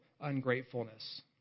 ungratefulness